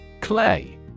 Clay